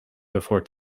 before